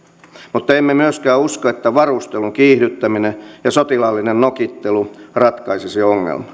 mutta emme myöskään usko että varustelun kiihdyttäminen ja sotilaallinen nokittelu ratkaisisivat ongelmat